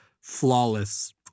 flawless